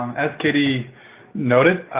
um as katie noted,